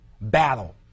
Battle